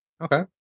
Okay